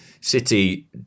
City